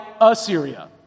Assyria